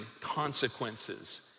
consequences